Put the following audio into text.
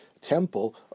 temple